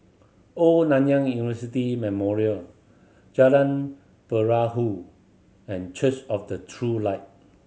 Old Nanyang University Memorial Jalan Perahu and Church of the True Light